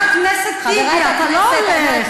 חבר הכנסת טיבי, אתה לא הולך.